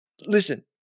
listen